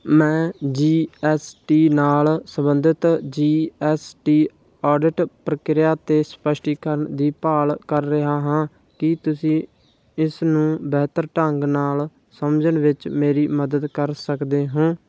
ਮੈਂ G S T ਨਾਲ ਸੰਬੰਧਿਤ ਜੀ ਐੱਸ ਟੀ ਆਡਿਟ ਪ੍ਰਕਿਰਿਆ 'ਤੇ ਸਪੱਸ਼ਟੀਕਰਨ ਦੀ ਭਾਲ ਕਰ ਰਿਹਾ ਹਾਂ ਕੀ ਤੁਸੀਂ ਇਸ ਨੂੰ ਬਿਹਤਰ ਢੰਗ ਨਾਲ ਸਮਝਣ ਵਿੱਚ ਮੇਰੀ ਮਦਦ ਕਰ ਸਕਦੇ ਹੋ